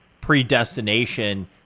predestination